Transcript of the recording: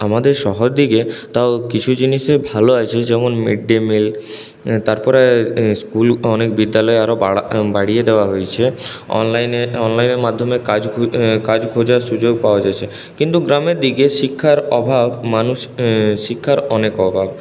আমাদের শহর দিকে তাও কিছু জিনিসে ভালো আছে যেমন মিড ডে মিল তারপরে স্কুল অনেক বিদ্যালয় আরও বাড়িয়ে দেওয়া হয়েছে অনলাইনের অনলাইনের মাধ্যমে কাজ কাজ খোঁজার সুযোগ পাওয়া যাচ্ছে কিন্তু গ্রামের দিকে শিক্ষার অভাব মানুষ শিক্ষার অনেক অভাব